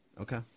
Okay